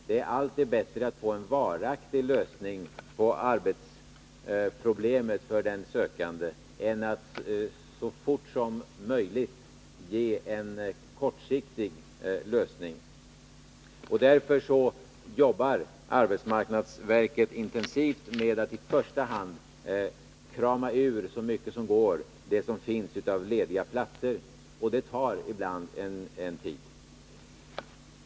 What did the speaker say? Det är alltid bättre att få en varaktig lösning på den sökandes arbetsproblem än att så fort som möjligt ge en kortsiktig lösning. Därför jobbar arbetsmarknadsverket intensivt med att i första hand krama ur så mycket som går av det som finns i form av lediga platser, och det tar ibland tid.